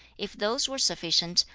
if those were sufficient,